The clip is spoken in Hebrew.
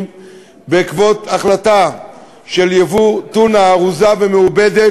בעקבות החלטה על ייבוא טונה ארוזה ומעובדת,